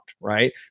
right